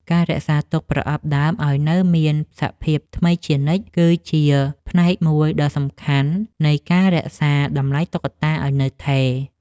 ការរក្សាទុកប្រអប់ដើមឱ្យនៅមានសភាពថ្មីជានិច្ច គឺជាផ្នែកមួយដ៏សំខាន់នៃការរក្សាតម្លៃតុក្កតាឱ្យនៅថេរ។